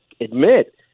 admit